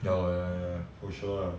ya lor ya ya ya for sure lah